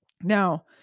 Now